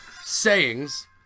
sayings